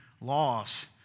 laws